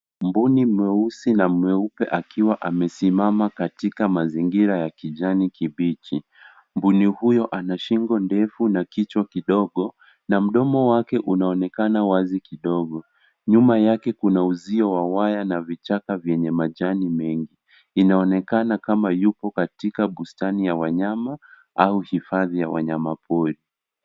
Mbuni mweusi na mweupe akiwa amesimama katika mazingira ya kijani kibichi. Mbuni huy ana shingo ndefu na kichwa kidogo na mdomo wake unaonekana wazi kidogo. Nyuma yake kuna uzio wa waya na vichaka vyenye majani mengi. Inaonekana kama yuko katika bustni ya wanyama au hifadhi ya wanayama pori.